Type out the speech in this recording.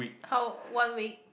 how one week